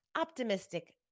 optimistic